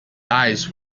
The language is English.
eyes